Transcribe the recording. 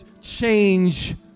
change